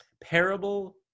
parable